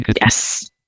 Yes